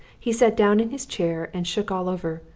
he sat down in his chair and shook all over,